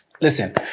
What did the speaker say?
Listen